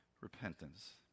repentance